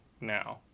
now